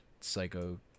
Psycho